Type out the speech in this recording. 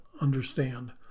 understand